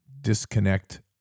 disconnect